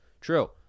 true